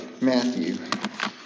Matthew